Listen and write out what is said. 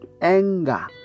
Anger